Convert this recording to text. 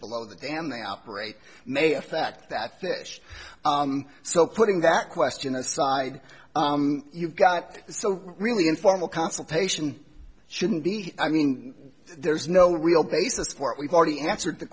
below the dam they operate may affect that fish so putting that question aside you've got so really informal consultation shouldn't be i mean there's no real basis for it we've already answered the